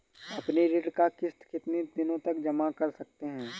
अपनी ऋण का किश्त कितनी दिनों तक जमा कर सकते हैं?